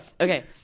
Okay